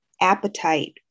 appetite